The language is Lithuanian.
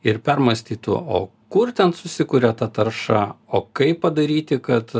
ir permąstytų o kur ten susikuria ta tarša o kaip padaryti kad